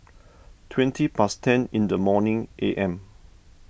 twenty past ten in the morning A M